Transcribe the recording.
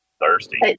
Thirsty